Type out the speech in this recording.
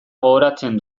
gogoratzen